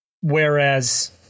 Whereas